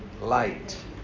light